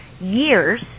years